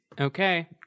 Okay